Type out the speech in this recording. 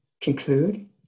conclude